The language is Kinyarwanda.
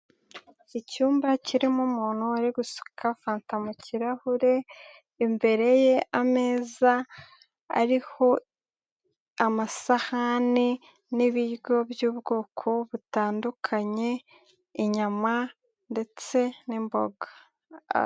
Icyumba kirimo umuntu uri guseka fanta mu kirahure, imbere ye ameza ariho amasahani n'ibiryo by'ubwoko butandukanye, inyama ndetse n'imboga.